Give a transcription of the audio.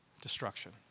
Destruction